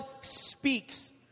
speaks